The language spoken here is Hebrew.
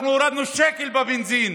אנחנו הורדנו שקל בבנזין.